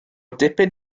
dipyn